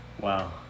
Wow